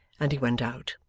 and he went out.